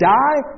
die